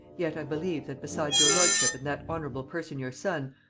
yet i believe that, besides your lordship and that honorable person your son,